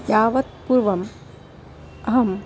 यावत् पूर्वम् अहम्